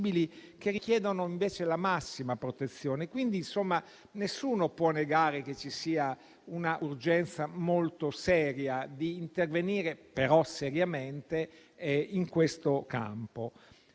che richiedono invece la massima protezione. Nessuno può negare che ci sia un'urgenza di intervenire seriamente in questo campo.